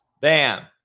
bam